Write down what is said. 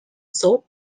soap